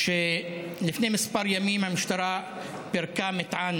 ולפני כמה ימים המשטרה פירקה מטען